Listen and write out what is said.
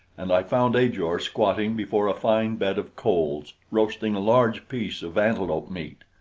and i found ajor squatting before a fine bed of coals roasting a large piece of antelope-meat.